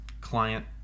client